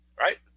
right